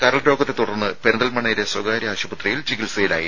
കരൾ രോഗത്തെത്തുടർന്ന് പെരിന്തൽമണ്ണയിലെ സ്വകാര്യ ആശുപത്രിയിൽ ചികിത്സയിലായിരുന്നു